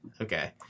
Okay